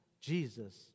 Jesus